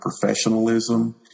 professionalism